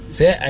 Say